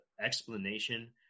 explanation